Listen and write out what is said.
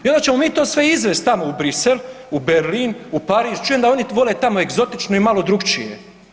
I onda ćemo mi to sve izvesti tamo u Bruxelles, u Berlin, u Pariz čujem da oni vole tamo egzotično i malo drugačije.